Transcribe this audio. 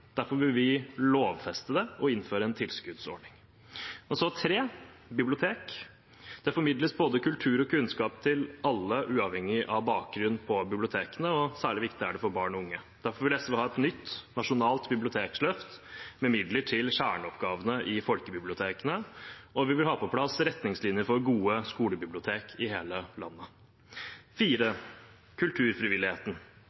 Derfor vil vi lovfeste det og innføre en tilskuddsordning. Det tredje er bibliotek. Det formidles både kultur og kunnskap til alle, uavhengig av bakgrunn, på bibliotekene, og særlig viktig er det for barn og unge. Derfor vil SV ha et nytt, nasjonalt bibliotekløft med midler til kjerneoppgavene i folkebibliotekene, og vi vil ha på plass retningslinjer for gode skolebibliotek i hele landet.